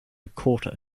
quarter